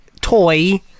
toy